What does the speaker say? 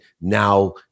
now